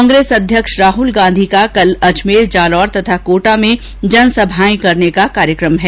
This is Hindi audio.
कांग्रेस अध्यक्ष राहुल गांधी का कल अजमेर जालौर तथा कोटा में जनसभाएं करने का कार्यक्रम है